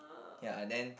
ya then